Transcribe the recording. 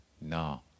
No